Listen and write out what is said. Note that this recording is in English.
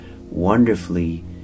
wonderfully